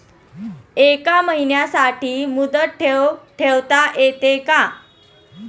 एका महिन्यासाठी मुदत ठेव ठेवता येते का?